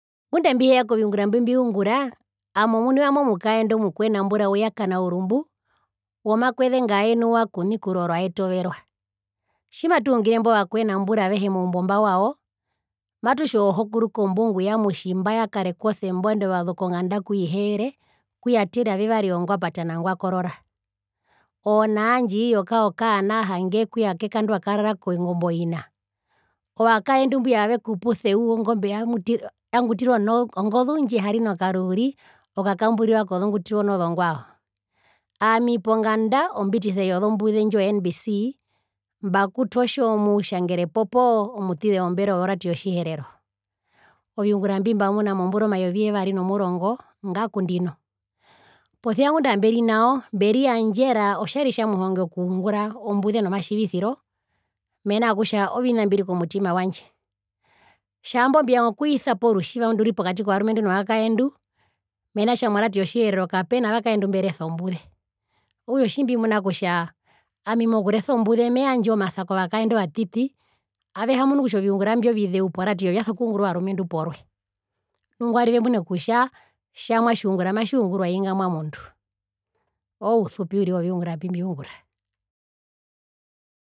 Ngunda mbiheya koviungura mbi mbiungura ami omuni ami omukaendu omukuenambura woya kanaurumbu womamkweze ngaenuwa kuni kurooro aetoverwa, tjimatuhungire imbo vakuenambura avehe moumbomba wao matutja oohokuru kombungu yamutjimba yakarekwa osemba ondovazu konganda kwiheere kuyatira vivari oongwapata na ngwakorora onaa ndjiiyo kaanaa hange kuyakekandwa akarara kongombe oina, ovakaendu mbuyavekupu seu wongutira yano ngozu ndjihari nakaruuri okakamburirwa kozongutirwa ozongwao. Ami ponganda ombitise yozombuze indji o nbc mbakutwa otjomutjangerepo poo omutize womberoo woradio yotjiherero, oviungura mbimbamuna mombura omayovi yevari nomurongo ngakundino posia ngunda mbiri nao mberi nao mberiyandjera otjari tjamuhonge okungura ombuze nomatjivisiro mena rokutja ovina mbiri komutima wandje tjambo mbivanga okwisapo orutjiva nduripopokati kovarumendu novakaendu mena rokutja moradio yotjiherero kapena vakaendu mberesa ombuze okutja otjimbimuna kutja ami mokuresa ombuze meyandja omasa kovakaendu ovatiti avehamunu kutja oviungura mbio vizeu poradio vyazo kungurwa ovarumendu porwe nu ngwari vemune kutja tjamwa tjiungura matjiungurwa ingamwa mundu oouspi uriri woviungura mbimbiungura.